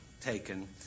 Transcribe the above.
taken